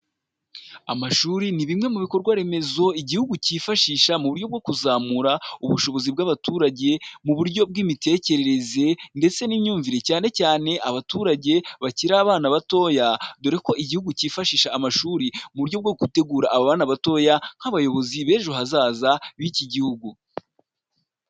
Amashuri ni bimwe mu bikorwa remezo igihugu cyifashisha mu buryo bwo kuzamura ubushobozi bw'abaturage mu buryo bw'imitekerereze ndetse n'imyumvire cyane cyane abaturage bakiri abana batoya dore ko igihugu cyifashisha amashuri mu buryo bwo gutegura aba bana batoya nk'abayobozi bejo hazaza biki gihugu.